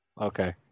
okay